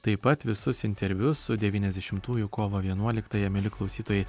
taip pat visus interviu su devyniasdešimtųjų kovo vienuoliktąją mieli klausytojai